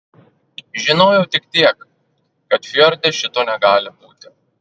žinojau tik tiek kad fjorde šito negali būti